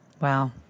Wow